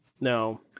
No